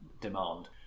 demand